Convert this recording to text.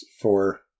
for-